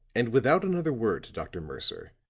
and without another word to dr. mercer,